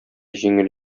җиңел